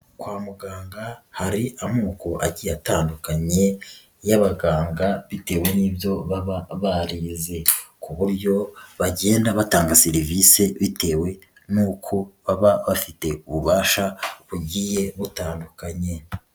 Kwa muganga hari amoko agiye atandukanye y'abaganga bitewe n'ibyo baba barize, ku buryo bagenda batanga serivisi bitewe n'uko baba bafite ububasha bugiye butandukanye.